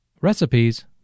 Recipes